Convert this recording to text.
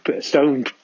stone